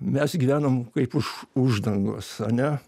mes gyvenom kaip už uždangos ane